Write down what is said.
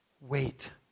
wait